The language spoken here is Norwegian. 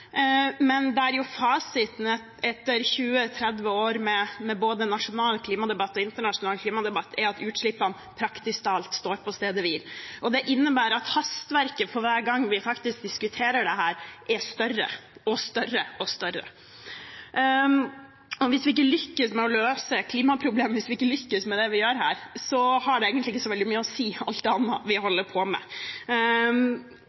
men der fasiten etter 20–30 år med både nasjonal og internasjonal klimadebatt er at utslippene praktisk talt står på stedet hvil. Det innebærer at hastverket for hver gang vi faktisk diskuterer dette, er større og større. Hvis vi ikke lykkes med å løse klimaproblemet, hvis vi ikke lykkes med det vi gjør her, har det egentlig ikke så mye å si, alt det andre vi